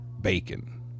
bacon